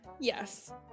Yes